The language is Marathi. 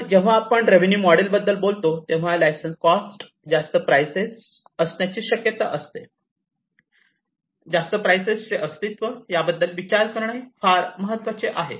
तर जेव्हा आपण रेवेन्यू मॉडेल बद्दल बोलतो तेव्हा लायसन्स कॉस्ट जास्त प्राइजेस जास्त प्राईजेस ची शक्यता जास्त प्राईजेसचे अस्तित्व याबद्दल विचार करणे हे पण फार महत्वाचे आहे